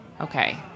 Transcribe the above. okay